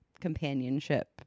companionship